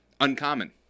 uncommon